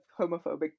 homophobic